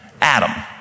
Adam